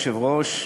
כבוד היושב-ראש,